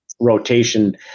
rotation